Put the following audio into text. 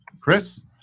Chris